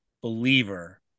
believer